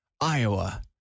Iowa